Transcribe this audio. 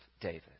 David